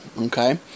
okay